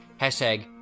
Hashtag